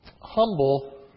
humble